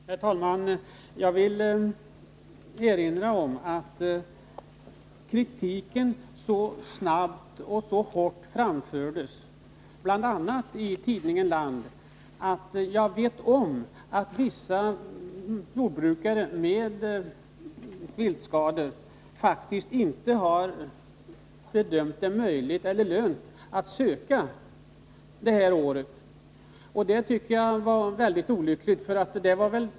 Herr talman! Jag vill erinra om att kritiken har förts fram så snabbt och så hårt bl.a. i tidningen Land, att vissa jordbrukare med viltskador faktiskt inte har bedömt det som möjligt eller lönt att söka ersättning detta år. Jag känner till några sådana fall. Detta förhållande tycker jag är olyckligt.